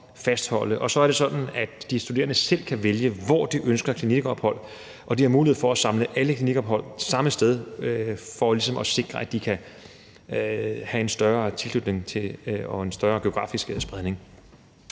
Og så er det sådan, at de studerende selv kan vælge, hvor de ønsker klinikophold, og de har mulighed for at samle alle klinikophold samme sted for ligesom at sikre, at de kan have en større tilknytning og en større geografisk spredning.